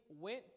went